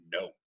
no